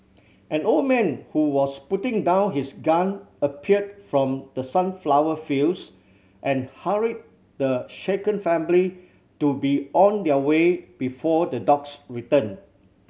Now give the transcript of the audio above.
an old man who was putting down his gun appeared from the sunflower fields and hurried the shaken family to be on their way before the dogs return